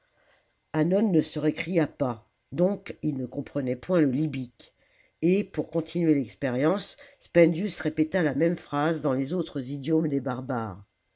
hannon ne se récria pas donc il ne comprenait point le hbjque et pour continuer l'expérience spendius répéta la même phrase dans les autres idiomes des barbares